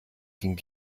ging